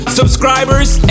subscribers